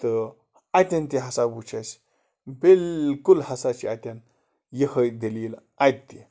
تہٕ اَتٮ۪ن تہٕ ہسا وٕچھ اَسہِ بِلکُل ہسا چھِ اتٮ۪ن یِہَے دٔلیٖل اَتہِ تہِ